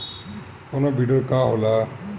कोनो बिडर का होला?